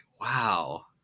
wow